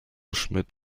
schmidt